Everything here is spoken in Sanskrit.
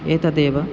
एतदेव